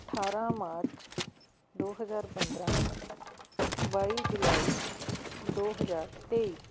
ਅਠਾਰ੍ਹਾਂ ਮਾਰਚ ਦੋ ਹਜ਼ਾਰ ਪੰਦਰ੍ਹਾਂ ਬਾਈ ਜੁਲਾਈ ਦੋ ਹਜ਼ਾਰ ਤੇਈ